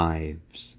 Lives